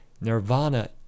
Nirvana